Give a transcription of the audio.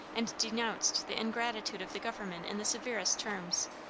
and denounced the ingratitude of the government in the severest terms.